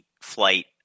flight